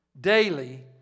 daily